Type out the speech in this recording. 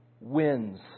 wins